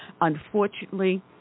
Unfortunately